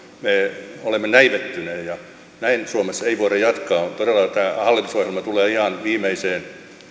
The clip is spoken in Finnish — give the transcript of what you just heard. me olemme näivettyneitä ja näin suomessa ei voida jatkaa todella tämä hallitusohjelma tulee ihan viimeisessä